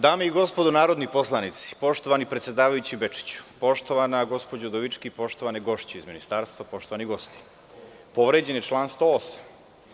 Dame i gospodo narodni poslanici, poštovani predsedavajući Bečiću, poštovana gospođo Udovički, poštovane gošće iz Ministarstva, poštovani gosti, povređen je član 108.